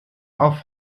auf